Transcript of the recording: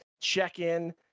check-in